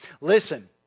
Listen